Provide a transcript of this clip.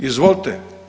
Izvolite.